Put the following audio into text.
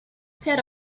set